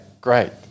great